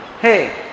Hey